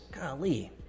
Golly